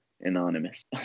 anonymous